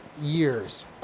years